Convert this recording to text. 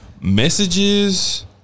messages